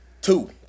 Two